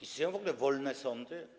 Istnieją w ogóle wolne sądy?